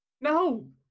no